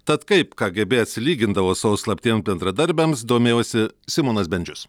tad kaip kgb atsilygindavo savo slaptiem bendradarbiams domėjosi simonas bendžius